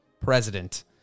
president